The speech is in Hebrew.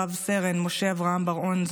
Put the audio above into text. רס"ן משה אברהם בר-און,